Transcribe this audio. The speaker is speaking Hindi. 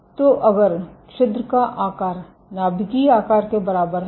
तो अगर छिद्र का आकार नाभिकीय आकार के बराबर है